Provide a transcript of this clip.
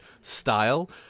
style